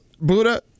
Buddha